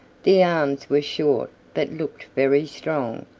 the arms were short but looked very strong.